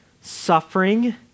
suffering